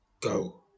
Go